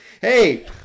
hey